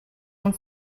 amb